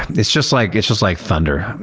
it's just like it's just like thunder.